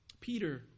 Peter